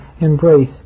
embrace